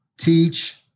teach